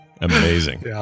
Amazing